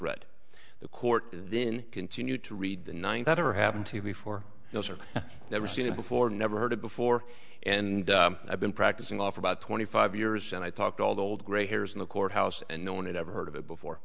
read the court and then continue to read the nine that ever happened to you before those are never seen before never heard of before and i've been practicing law for about twenty five years and i talk to all the old gray hairs in the courthouse and no one had ever heard of it before